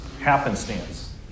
happenstance